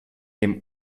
den